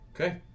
Okay